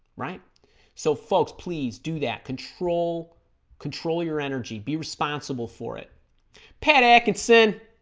right so folks please do that control control your energy be responsible for it patek and said